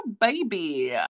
baby